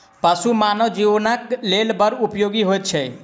पशु मानव जीवनक लेल बड़ उपयोगी होइत छै